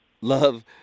Love